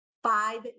five